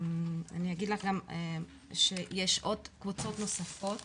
אני אגיד לך גם שיש עוד קבוצות נוספות